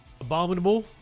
Abominable